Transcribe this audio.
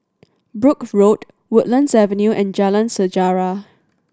Brooke Road Woodlands Avenue and Jalan Sejarah